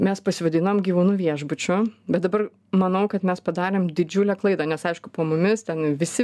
mes pasivadinom gyvūnu viešbučiu bet dabar manau kad mes padarėm didžiulę klaidą nes aišku po mumis ten visi